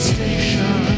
Station